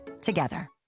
together